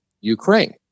Ukraine